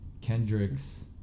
Kendrick's